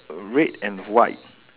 red and white